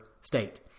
state